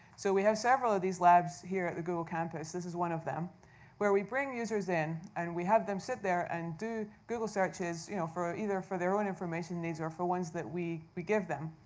so we have several of these labs here at the google campus this is one of them where we bring users in, and we have them sit there and do google searches you know ah either for their own information needs or for ones that we we give them.